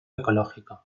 ecológico